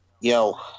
Yo